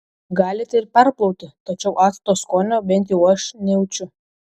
galite ir perplauti tačiau acto skonio bent jau aš nejaučiu